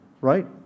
right